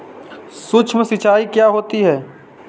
सुक्ष्म सिंचाई क्या होती है?